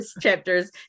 chapters